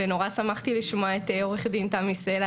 ונורא שמחתי לשמוע את עורכת דין תמי סלע,